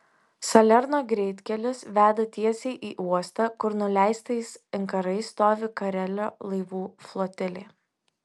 salerno greitkelis veda tiesiai į uostą kur nuleistais inkarais stovi karelio laivų flotilė